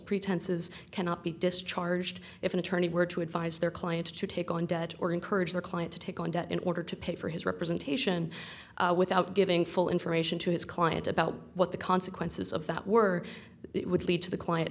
pretenses cannot be discharged if an attorney were to advise their clients to take on debt or encourage their client to take on debt in order to pay for his representation without giving full information to his client about what the consequences of that were it would lead to the client